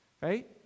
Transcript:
Right